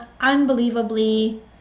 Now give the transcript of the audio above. Unbelievably